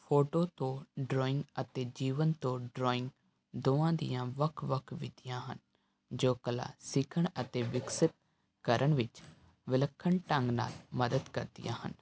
photo ਤੋਂ drawing ਅਤੇ ਜੀਵਨ ਤੋਂ ਡਰਾਇੰਗ ਦੋਵਾਂ ਦੀਆਂ ਵੱਖ ਵੱਖ ਵਿਧੀਆਂ ਹਨ ਜੋ ਕਲਾ ਸਿੱਖਣ ਅਤੇ ਵਿਕਸਿਤ ਕਰਨ ਵਿੱਚ ਵਿਲੱਖਣ ਢੰਗ ਨਾਲ ਮਦਦ ਕਰਦੀਆਂ ਹਨ